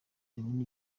yabona